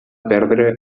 perdre